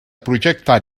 projectar